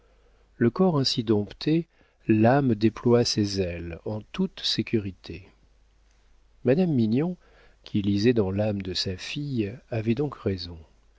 le corps ainsi dompté l'âme déploie ses ailes en toute sécurité madame mignon qui lisait dans l'âme de sa fille avait donc raison